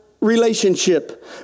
relationship